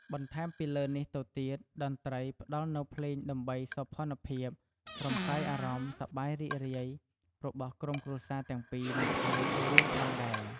បន្ថែមពីលើនេះទៅទៀត តន្រ្ដីផ្ដល់នៅភ្លេងដើម្បីសោភ័ណភាព រំសាយអារម្មណ៍សប្បាយរីករាយរបស់ក្រុមគ្រួសារទាំងពីរនិងភ្ងៀវចូលរួមផងដែរ។